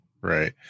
Right